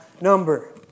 number